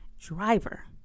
driver